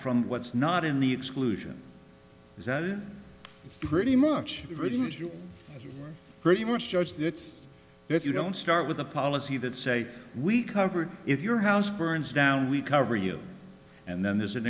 from what's not in the exclusions is that it pretty much pretty much judge that if you don't start with a policy that say we convert if your house burns down we cover you and then there's an